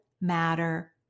matter